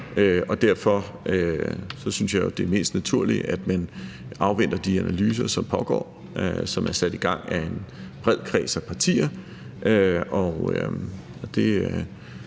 Derfor synes jeg, det er mest naturligt, at man afventer de analyser, som pågår, og som er sat i gang af en bred kreds af partier.